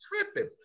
tripping